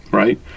Right